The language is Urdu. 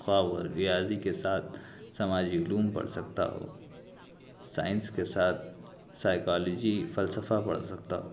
خواہ وہ ریاضی کے ساتھ سماجی علوم پڑھ سکتا ہو سائنس کے ساتھ سائیکالوجی فلسفہ پڑھ سکتا ہو